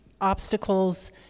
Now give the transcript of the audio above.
obstacles